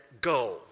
go